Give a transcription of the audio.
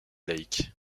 laïcs